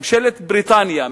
ממשלת בריטניה,